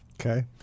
Okay